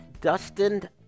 Dustin